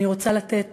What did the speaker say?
אני רוצה לתת